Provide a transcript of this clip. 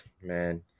man